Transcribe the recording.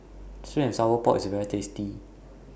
Sweet and Sour Pork IS very tasty